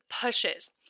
pushes